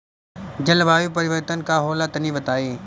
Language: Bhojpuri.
जलवायु परिवर्तन का होला तनी बताई?